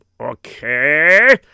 Okay